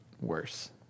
worse